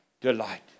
Delight